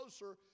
closer